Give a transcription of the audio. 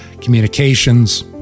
communications